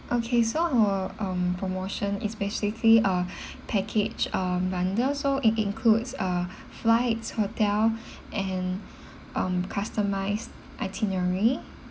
okay so our um promotion is basically uh package uh bundle so it includes uh flights hotel and um customized itinerary